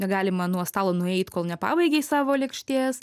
negalima nuo stalo nueit kol nepabaigei savo lėkštės